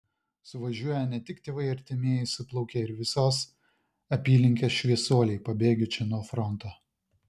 suvažiuoja ne tik tėvai artimieji suplaukia ir visos apylinkės šviesuoliai pabėgę čia nuo fronto